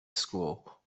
school